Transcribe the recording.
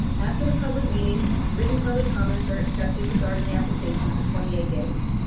after the public meeting, written public comments are accepted regarding the application for twenty eight days.